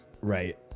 right